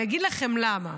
אני אגיד לכם למה,